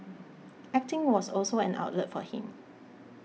acting was also an outlet for him